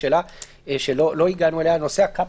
נושא הקפסולות.